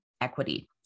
equity